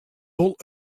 wol